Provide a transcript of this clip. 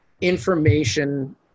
information